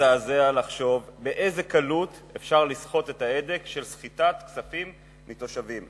מזעזע לחשוב באיזו קלות אפשר לסחוט את ההדק של סחיטת כספים מתושבים.